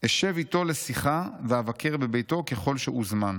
אשב איתו לשיחה ואבקר בביתו ככל שאוזמן.